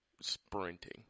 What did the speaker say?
sprinting